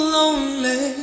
lonely